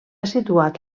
situat